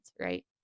right